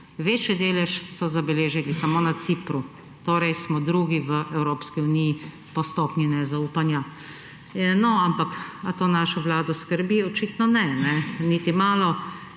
Večji delež so zabeležili samo na Cipru. Torej smo drugi v Evropski uniji po stopinji nezaupanja. Ali to našo vlado skrbi? Očitno ne, niti malo.